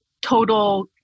total